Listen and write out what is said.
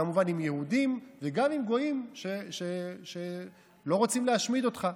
כמובן עם יהודים וגם עם גויים שלא רוצים להשמיד אותך.